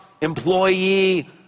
employee